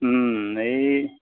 এই